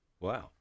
Wow